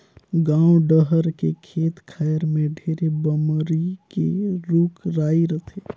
गाँव डहर के खेत खायर में ढेरे बमरी के रूख राई रथे